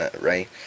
right